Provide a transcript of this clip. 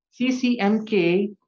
CCMK